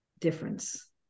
difference